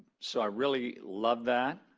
so i really love that